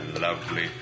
lovely